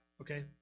okay